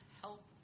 help